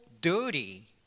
dirty